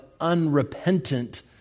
unrepentant